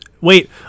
Wait